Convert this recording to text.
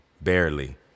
barely